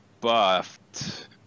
buffed